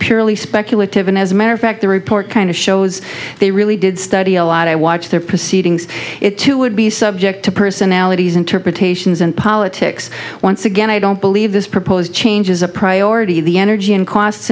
speculative and as a matter of fact the report kind of shows they really did study a lot i watched their proceedings it too would be subject to personalities interpretations and politics once again i don't believe this proposed change is a priority of the energy and costs